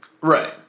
Right